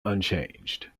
unchanged